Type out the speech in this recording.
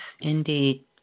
indeed